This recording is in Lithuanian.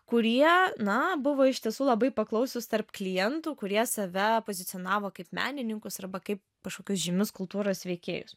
kurie na buvo iš tiesų labai paklausūs tarp klientų kurie save pozicionavo kaip menininkus arba kaip kažkokius žymius kultūros veikėjus